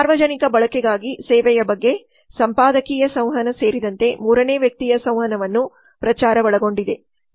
ಸಾರ್ವಜನಿಕ ಬಳಕೆಗಾಗಿ ಸೇವೆಯ ಬಗ್ಗೆ ಸಂಪಾದಕೀಯ ಸಂವಹನ ಸೇರಿದಂತೆ ಮೂರನೇ ವ್ಯಕ್ತಿಯ ಸಂವಹನವನ್ನು ಪ್ರಚಾರ ಒಳಗೊಂಡಿದೆ